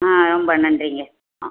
ஆமாம் ரொம்ப நன்றிங்க ஆமாம்